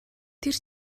тэр